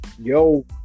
Yo